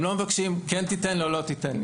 הם לא מבקשים כן תיתן או לא תיתן,